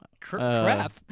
Crap